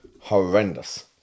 horrendous